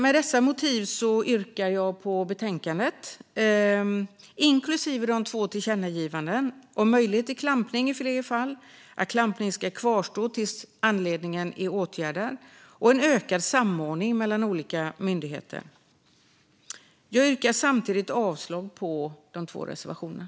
Med dessa motiv yrkar jag bifall till förslaget i betänkandet, inklusive de två tillkännagivandena om möjlighet till klampning i fler fall och att klampning ska kvarstå tills anledningen är åtgärdad samt ökad samordning mellan olika myndigheter. Jag yrkar samtidigt avslag på de två reservationerna.